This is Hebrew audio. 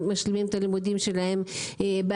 משלימים את לימודיהם באקדמיה.